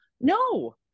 no